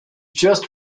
just